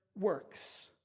works